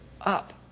up